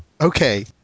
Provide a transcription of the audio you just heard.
Okay